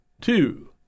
two